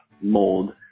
mold